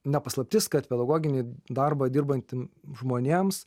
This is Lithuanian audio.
ne paslaptis kad pedagoginį darbą dirbantiem žmonėms